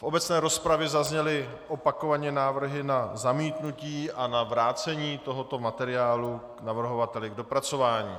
V obecné rozpravě zazněly opakovaně návrhy na zamítnutí a na vrácení tohoto materiálu navrhovateli k dopracování.